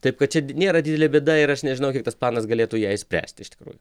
taip kad čia nėra didelė bėda ir aš nežinau kiek tas planas galėtų ją išspręsti iš tikrųjų